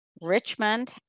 Richmond